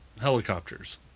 helicopters